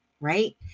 Right